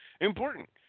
important